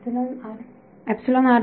विद्यार्थी epsilon R